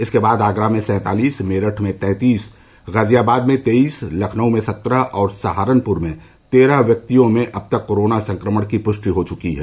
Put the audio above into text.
इसके बाद आगरा में सैंतालीस मेरठ में तैंतीस गाजियाबाद में तेईस लखनऊ में सत्रह और सहारनपुर में तेरह व्यक्तियों में अब तक कोरोना संक्रमण की पुष्टि हो चुकी है